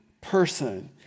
person